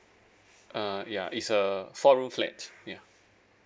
uh ya it's a four room flat